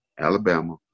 Alabama